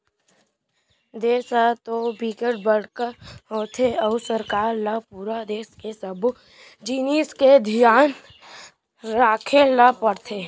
देस ह तो बिकट बड़का होथे अउ सरकार ल पूरा देस के सब्बो जिनिस के धियान राखे ल परथे